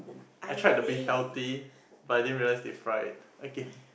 I tried to be healthy but I didn't realize they fry it okay